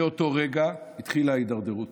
מאותו רגע התחילה ההידרדרות.